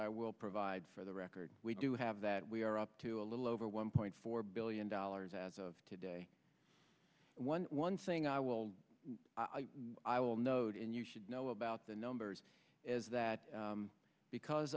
i will provide for the record we do have that we are up to a little over one point four billion dollars as of today one one thing i will i will note and you should know about the numbers is that because